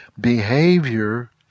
behavior